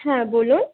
হ্যাঁ বলুন